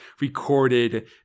recorded